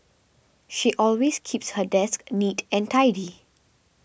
she always keeps her desk neat and tidy